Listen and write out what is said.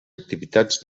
activitats